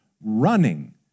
running